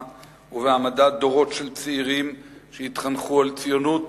ובהעמדת דורות של צעירים שהתחנכו על ציונות,